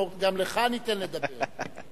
גם לך ניתן לדבר.